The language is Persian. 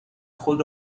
خود